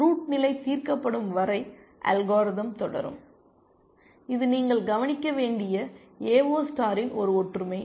root நிலை தீர்க்கப்படும் வரை அல்காரிதம் தொடரும் இது நீங்கள் கவனிக்க வேண்டிய ஏஓ ஸ்டாரின் ஒரு ஒற்றுமை